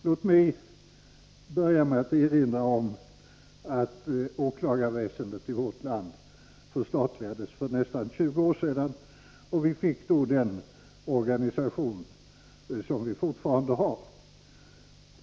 Låt mig nu erinra om att åklagarväsendet i vårt land förstatligades för nästan 20 år sedan. Det fick då den organisatoriska utformning som det fortfarande har.